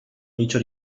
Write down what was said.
micio